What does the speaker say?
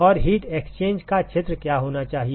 और heat exchange का क्षेत्र क्या होना चाहिए